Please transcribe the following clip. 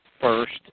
first